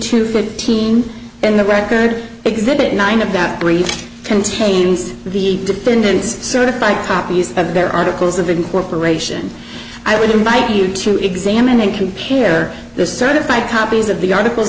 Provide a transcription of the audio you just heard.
two fifteen and the record exhibit nine of that brief contains the defendant's certified copies of their articles of incorporation i would invite you to examine and compare the certified copies of the articles